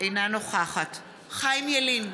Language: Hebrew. אינה נוכחת חיים ילין,